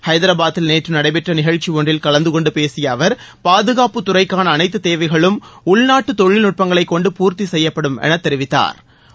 ஐதரபாத்தில் நேற்று நடைபெற்ற நிகழ்ச்சி ஒன்றில் கலந்து கொண்டு பேசிய அவர் பாதுகாப்பு துறைக்காள அனைத்து தேவைகளும் உள்நாட்டு தொழில்நுட்பங்களை கொண்டு பூர்த்தி செய்யப்படும் எனத் தெரிவித்தாா்